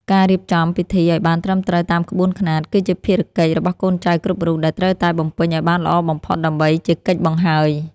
ការរៀបចំពិធីឱ្យបានត្រឹមត្រូវតាមក្បួនខ្នាត គឺជាភារកិច្ចរបស់កូនចៅគ្រប់រូបដែលត្រូវតែបំពេញឱ្យបានល្អបំផុតដើម្បីជាកិច្ចបង្ហើយ។